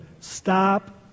stop